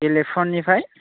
गेलेपुनिफाय